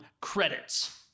Credits